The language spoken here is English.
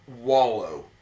Wallow